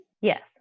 Yes